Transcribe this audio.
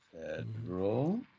federal